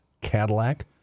Cadillac